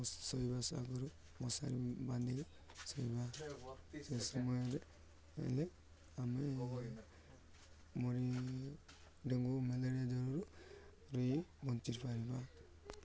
ଶୋଇବା ଆଗରୁ ମଶାରି ବାନ୍ଧିକି ଶୋଇବା ସେ ସମୟରେ ହେଲେ ଆମେ ଡେଙ୍ଗୁ ମ୍ୟାଲେରିଆ ଜ୍ୱରରୁ ବଞ୍ଚି ପାରିବା